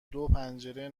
دوپنجره